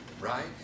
right